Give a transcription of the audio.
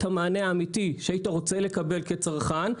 המענה האמיתי שהיית רוצה לקבל כצרכן,